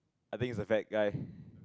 I think he's a fat guy